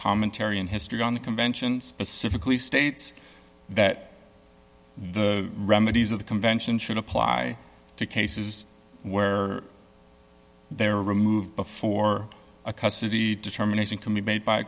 commentary in history on the convention specifically states that the remedies of the convention should apply to cases where they are removed before a custody determination can be made by